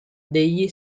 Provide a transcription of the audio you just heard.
degli